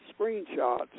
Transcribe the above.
screenshots